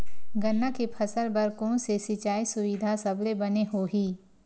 गन्ना के फसल बर कोन से सिचाई सुविधा सबले बने होही?